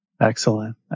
excellent